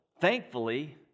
thankfully